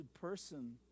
person